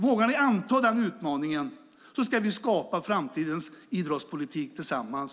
Vågar ni anta den utmaningen ska vi skapa framtidens idrottspolitik tillsammans.